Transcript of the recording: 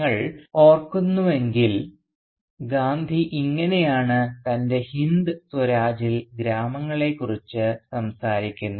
നിങ്ങൾ ഓർക്കുന്നുവെങ്കിൽ ഗാന്ധി ഇങ്ങനെയാണ് തൻറെ ഹിന്ദ് സ്വരാജിൽ ഗ്രാമങ്ങളെക്കുറിച്ച് സംസാരിക്കുന്നത്